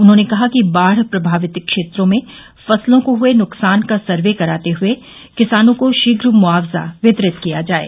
उन्होंने कहा कि बाढ़ प्रभावित क्षेत्रों में फसलों को हुए नुकसान का सर्वे कराते हुए किसानों को शीघ्र मुआवजा वितरित किया जाये